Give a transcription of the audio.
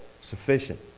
sufficient